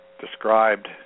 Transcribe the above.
described